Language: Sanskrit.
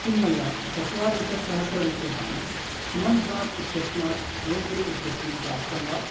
किं मया चत्वरिंशत्सहस्ररूप्यकाणि सुमन्त्रात् इत्यस्मात् फोन्पे इत्यस्मिन् प्राप्तं वा